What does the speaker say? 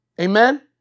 Amen